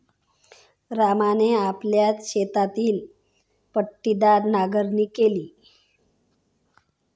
रामने आपल्या शेतातील पट्टीदार नांगरणी केली